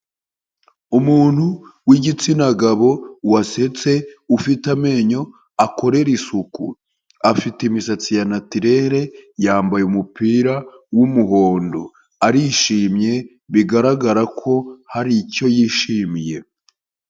Umuntu w'igitsina gabo wasetse ufite amenyo akorera isuku, afite imisatsi ya natirere yambaye umupira w'umuhondo, arishimye bigaragara ko hari icyo yishimiye.